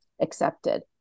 accepted